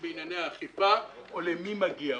בענייני אכיפה ולא קובעת למי מגיע.